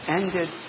ended